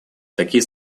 такие